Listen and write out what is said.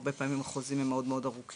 הרבה פעמים החוזים מאוד ארוכים,